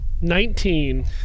Nineteen